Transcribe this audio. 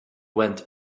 went